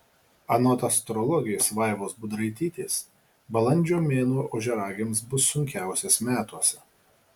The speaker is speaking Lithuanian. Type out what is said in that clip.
anot astrologės vaivos budraitytės balandžio mėnuo ožiaragiams bus sunkiausias metuose